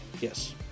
yes